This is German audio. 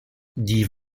die